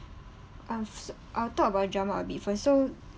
ah f~ I'll talk about drama a bit first so